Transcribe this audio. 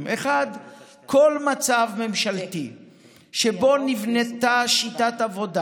להם: 1. כל מצב ממשלתי שבו נבנתה שיטת עבודה